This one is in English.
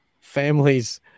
families